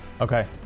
Okay